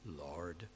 Lord